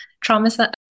trauma